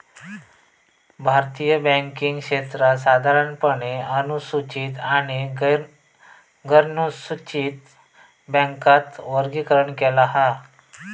भारतीय बॅन्किंग क्षेत्राक साधारणपणे अनुसूचित आणि गैरनुसूचित बॅन्कात वर्गीकरण केला हा